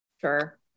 Sure